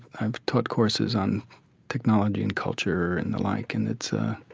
i've taught courses on technology and culture and the like and it's